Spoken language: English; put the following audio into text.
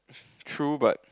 true but